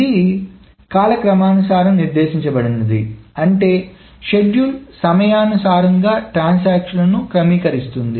ఇది కాలక్రమానుసారం నిర్దేశించబడింది అంటే షెడ్యూల్ సమయాను సారంగా ట్రాన్సాక్షన్లు క్రమీకరిస్తుంది